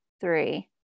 three